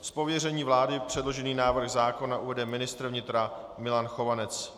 Z pověření vlády předložený návrh zákona uvede ministr vnitra Milan Chovanec.